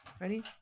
Ready